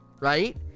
right